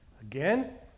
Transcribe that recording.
again